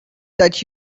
that